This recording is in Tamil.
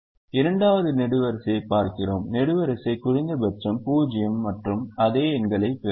இரண்டாவது நெடுவரிசையைப் பார்க்கிறோம் நெடுவரிசை குறைந்தபட்சம் 0 மற்றும் அதே எண்களைப் பெறுவோம்